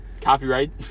Copyright